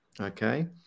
Okay